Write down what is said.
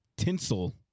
Tinsel